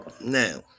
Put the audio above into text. now